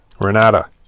Renata